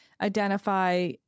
identify